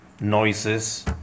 noises